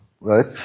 Right